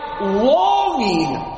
longing